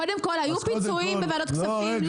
קודם כל היו פיצויים בוועדת כספים,